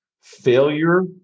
Failure